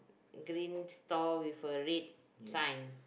green stall with a red sign